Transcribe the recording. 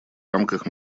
рамках